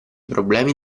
problemi